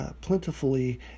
plentifully